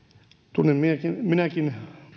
tunnen minäkin minäkin